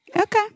Okay